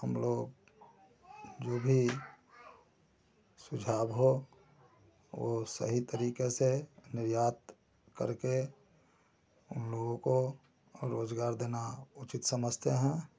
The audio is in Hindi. हम लोग जो भी सुझाव हो वह सही तरीके से निर्यात कर के उन लोगों को रोज़गार देना उचित समझते हैं